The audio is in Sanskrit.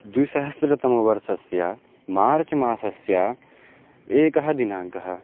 द्विसहस्रतमवर्षस्य मार्च् मासस्य एकः दिनाङ्कः